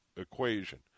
equation